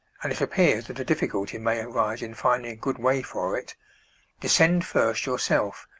and it appears that a difficulty may arise in finding a good way for it descend first yourself,